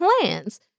plans